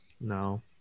No